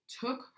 took